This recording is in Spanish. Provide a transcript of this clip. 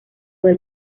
del